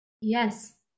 Yes